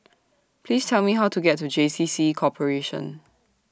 Please Tell Me How to get to J C C Corporation